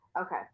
Okay